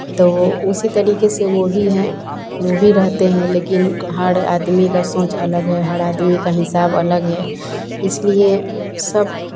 तो वो उसी तरीके से वो भी हैं वो भी रहते हैं लेकिन हर आदमी का सोच अलग अलग है हर आदमी का हिसाब अलग है इसलिए सब